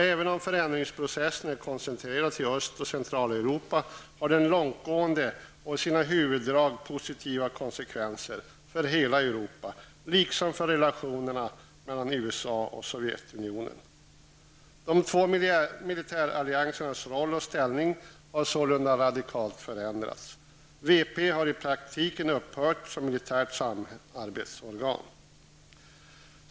Även om förändringsprocessen är koncentrerad till Öst och Centraleuropa har den långtgående, och i sina huvuddrag positiva konsekvenser, för hela Europa liksom för relationerna mellan USA och Sovjetunionen. Det två militäralliansernas roll och ställning har sålunda radikalt förändrats. Warszawapakten har i praktiken upphört som militärt samarbetsorgan.